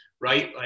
right